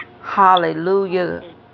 hallelujah